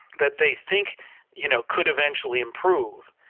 that they think you know could eventually improve.